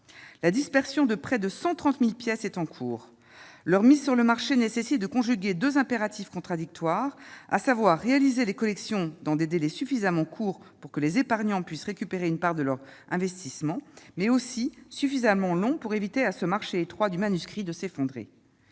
la dispersion de près de 130000 pièces est en cours, leur mise sur le marché nécessite de conjuguer 2 impératifs contradictoires, à savoir réaliser les collections dans des délais suffisamment courts pour que les épargnants puissent récupérer une part de leur investissement mais aussi suffisamment long pour éviter à ce marché étroit du manuscrit de s'effondrer,